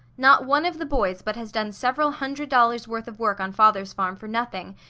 not one of the boys but has done several hundred dollars' worth of work on father's farm for nothing,